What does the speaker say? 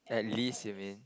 at least you mean